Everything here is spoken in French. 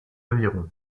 avirons